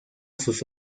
sus